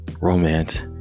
romance